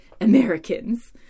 Americans